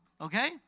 Okay